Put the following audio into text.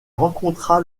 rencontra